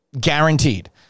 Guaranteed